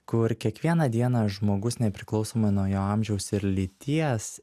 kur kiekvieną dieną žmogus nepriklausomai nuo jo amžiaus ir lyties